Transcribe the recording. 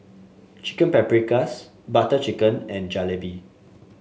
Chicken Paprikas Butter Chicken and Jalebi